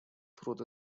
through